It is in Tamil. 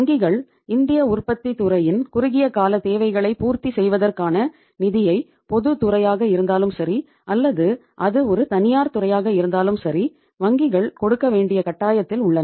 வங்கிகள் இந்திய உற்பத்தித் துறையின் குறுகிய காலத் தேவைகளைப் பூர்த்தி செய்வதற்கான நிதியை பொதுத் துறையாக இருந்தாலும் சரி அல்லது அது ஒரு தனியார் துறையாக இருந்தாலும் சரி வங்கிகள் கொடுக்க வேண்டிய கட்டாயத்தில் உள்ளன